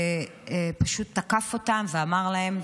ופשוט תקף אותם ואמר להם: